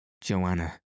Joanna